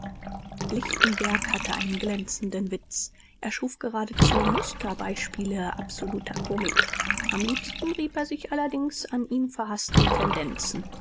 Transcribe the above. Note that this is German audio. lichtenberg hatte einen glänzenden witz er schuf geradezu musterbeispiele absoluter komik am liebsten rieb er sich allerdings an ihm verhaßten tendenzen